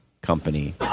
company